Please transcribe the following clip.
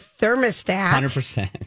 thermostat